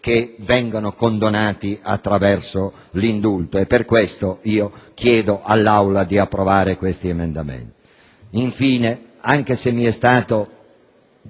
essi vengano condonati attraverso l'indulto. Per questo chiedo all'Assemblea di approvare questi emendamenti. Infine, anche se mi è stato